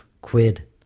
quid